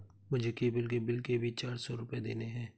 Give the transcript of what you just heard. मुझे केबल के बिल के भी चार सौ रुपए देने हैं